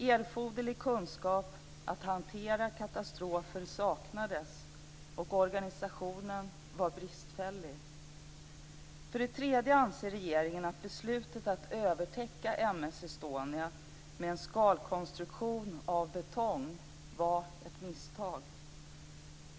Erforderlig kunskap att hantera katastrofer saknades, och organisationen var bristfällig. För det tredje anser regeringen att beslutet att övertäcka M/S Estonia med en skalkonstruktion av betong var ett misstag.